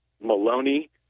maloney